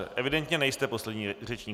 Evidentně nejste poslední řečník.